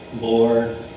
Lord